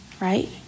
right